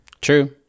True